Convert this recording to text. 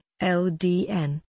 LDN